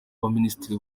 baminisitiri